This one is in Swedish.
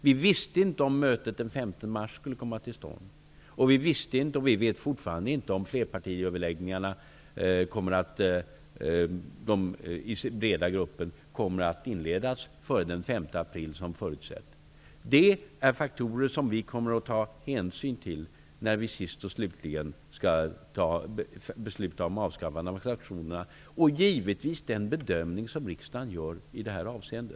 Vi visste inte om mötet den 5 mars skulle komma till stånd. Vi visste inte, och vi vet fortfarande inte om flerpartiöverläggningarna kommer att inledas före den 5 april, vilket har förutsetts. Detta är faktorer som vi kommer att ta hänsyn till när vi sist och slutligen skall fatta beslut om avskaffande av sanktionerna. Vi skall givetvis också ta hänsyn till den bedömning som riksdagen gör i det här avseendet.